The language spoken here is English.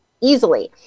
easily